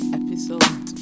episode